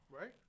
right